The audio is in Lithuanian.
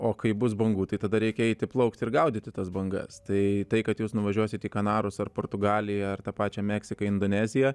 o kai bus bangų tai tada reikia eiti plaukti ir gaudyti tas bangas tai kad jūs nuvažiuosit į kanarus ar portugaliją ar ta pačią meksiką indoneziją